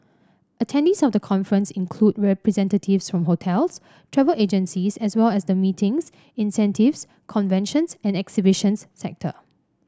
attendees of the conference include representatives from hotels travel agencies as well as the meetings incentives conventions and exhibitions sector